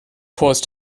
caused